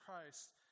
Christ